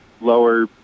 lower